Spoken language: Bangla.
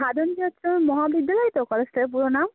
সাধন চন্দ্র মহাবিদ্যালয় তো কলেজটার পুরো নাম